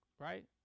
Right